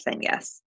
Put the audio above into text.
yes